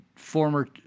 Former